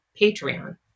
Patreon